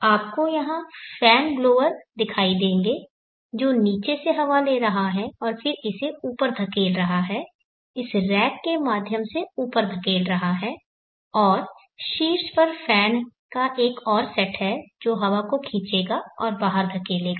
आपको यहां fan blower दिखाई देंगे जो नीचे से हवा ले रहा है और फिर इसे ऊपर धकेल रहा है इसे रैक के माध्यम से ऊपर धकेल रहा है और शीर्ष पर फैन का एक और सेट है जो हवा को खींचेगा और बाहर धकेलेगा